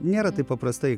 nėra taip paprastai